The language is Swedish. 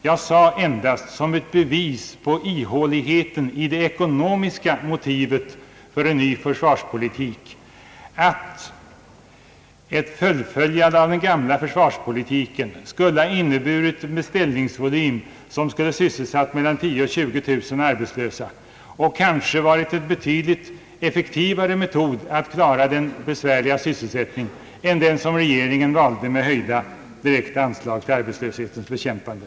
Jag sade endast, som ett bevis för ihåligheten i det ekonomiska motivet för en ny försvarspolitik, att ett fullföljande av den gamla försvarspolitiken skulle ha inneburit en beställningsvolym, som kunde ha sysselsatt mellan 10 000 och 20 000 arbetslösa och kanske hade varit en betydligt effektivare metod att klara den besvärliga sysselsättningen än den regeringen valde med höjda direkta anslag till arbetslöshetens bekämpande.